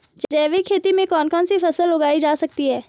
जैविक खेती में कौन कौन सी फसल उगाई जा सकती है?